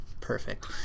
perfect